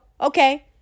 Okay